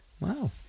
Wow